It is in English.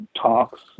talks